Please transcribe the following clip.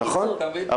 נכון.